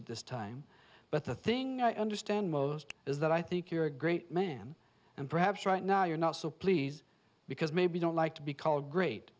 at this time but the thing i understand most is that i think you're a great man and perhaps right now you're not so please because maybe don't like to be called great